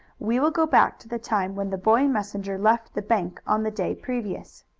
we will go back to the time when the boy messenger left the bank on the day previous.